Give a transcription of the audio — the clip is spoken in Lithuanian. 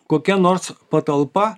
kokia nors patalpa